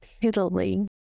piddling